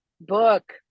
book